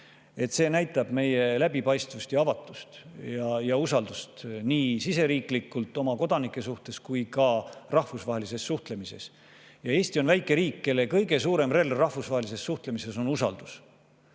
see näitab meie läbipaistvust, avatust ja usaldus[väärsust] nii siseriiklikult, oma kodanike jaoks, kui ka rahvusvahelises suhtlemises. Eesti on väike riik, kelle kõige suurem relv rahvusvahelises suhtlemises on